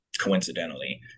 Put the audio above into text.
coincidentally